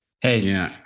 hey